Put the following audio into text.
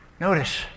Notice